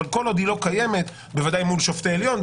אבל כל עוד היא לא קיימת בוודאי מול שופטי עליון,